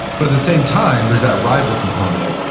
but at the same time there's that rival component,